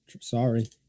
Sorry